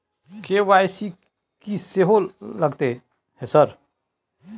KYC की सेहो लगतै है सर?